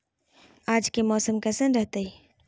आज के मौसम कैसन रहताई?